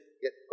get